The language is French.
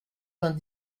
vingt